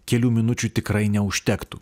kelių minučių tikrai neužtektų